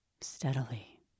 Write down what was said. Steadily